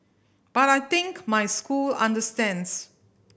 but I think my school understands